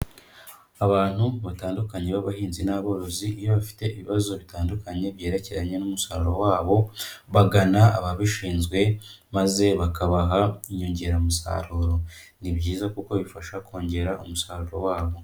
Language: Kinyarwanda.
Abantu batandukanye b'abahinzi n'aborozi, iyo bafite ibibazo bitandukanye byerekeranye n'umusaruro wabo, bagana ababishinzwe maze bakabaha inyongeramusaruro. Ni byiza kuko bifasha kongera umusaruro wabo.